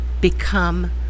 become